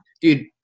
Dude